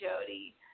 Jody